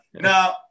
No